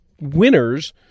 winners